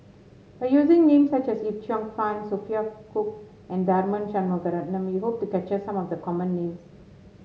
by using names such as Yip Cheong Fun Sophia Cooke and Tharman Shanmugaratnam we hope to capture some of the common names